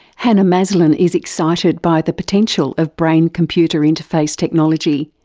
hannah maslen is excited by the potential of brain-computer interface technology,